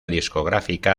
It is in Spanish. discográfica